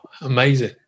amazing